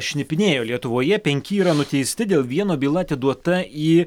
šnipinėjo lietuvoje penki yra nuteisti dėl vieno byla atiduota į